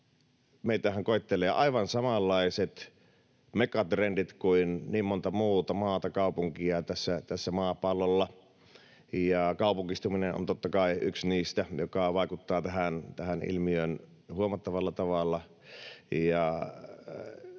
Meitähän koettelevat aivan samanlaiset megatrendit kuin niin montaa muuta maata ja kaupunkia tällä maapallolla, ja kaupungistuminen on, totta kai, yksi niistä, mikä vaikuttaa tähän ilmiöön huomattavalla tavalla.